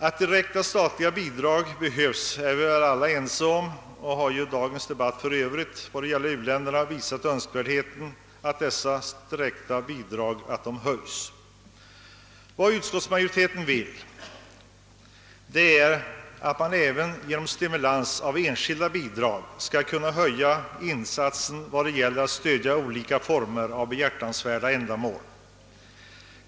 Att direkta statliga bidrag behövs är vi väl alla ense om, och dagens debatt om uländerna har också visat önskvärdheten av att de höjs. Vad utskottsmajoriteten vill är att man även genom stimulans till enskilda bidrag skall kunna höja insatsen för olika former av behjärtansvärda ändamål.